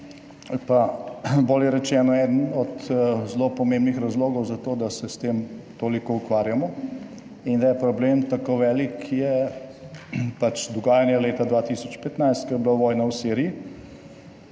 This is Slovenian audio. ali pa bolje rečeno eden od zelo pomembnih razlogov za to, da se s tem toliko ukvarjamo in da je problem tako velik, je pač dogajanje leta 2015, ko je bila vojna v Siriji